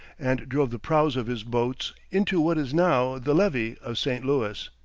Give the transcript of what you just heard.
and drove the prows of his boats into what is now the levee of st. louis.